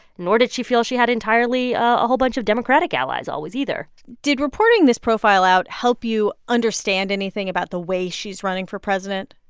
nor did she feel she had entirely a whole bunch of democratic allies always either did reporting this profile out help you understand anything about the way she's running for president?